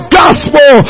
gospel